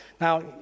Now